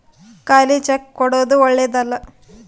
ಖಾಲಿ ಚೆಕ್ ಕೊಡೊದು ಓಳ್ಳೆದಲ್ಲ